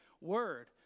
word